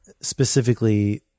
specifically